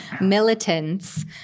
militants